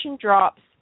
drops